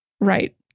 right